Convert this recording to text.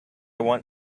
want